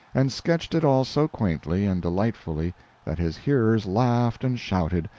and sketched it all so quaintly and delightfully that his hearers laughed and shouted,